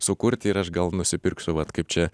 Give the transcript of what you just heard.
sukurti ir aš gal nusipirksiu vat kaip čia